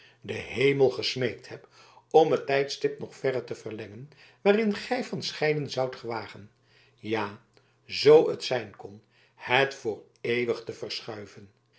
den hemel gesmeekt heb om het tijdstip nog verre te verlengen waarin gij van scheiden zoudt gewagen ja zoo t zijn kon het voor eeuwig te verschuiven